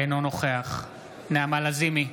אינו נוכח נעמה לזימי,